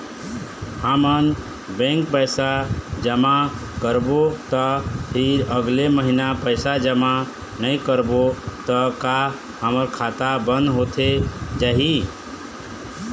हमन बैंक पैसा जमा करबो ता फिर अगले महीना पैसा जमा नई करबो ता का हमर खाता बंद होथे जाही?